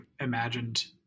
imagined